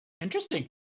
Interesting